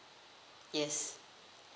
yes